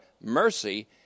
mercy